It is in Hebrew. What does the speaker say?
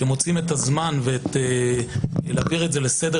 שמוצאים את הזמן ולהעביר את זה לסדר